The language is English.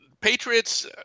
Patriots